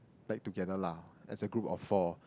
like together lah as a group of four